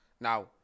Now